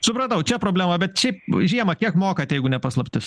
supratau čia problema bet šiaip žiemą kiek mokat jeigu ne paslaptis